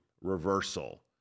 reversal